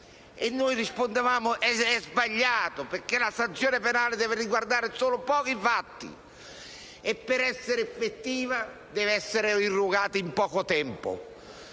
Noi rispondevamo che ciò era sbagliato, perché la sanzione penale deve riguardare solo pochi fatti e, per essere effettiva, deve essere irrogata in poco tempo.